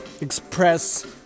express